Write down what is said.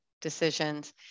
decisions